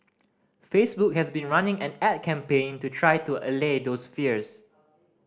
Facebook has been running an ad campaign to try to allay those fears